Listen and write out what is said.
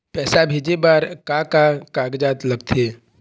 पैसा भेजे बार का का कागजात लगथे?